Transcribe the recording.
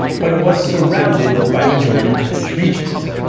but was surrounded by majority turkish regions.